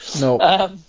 No